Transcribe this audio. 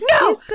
No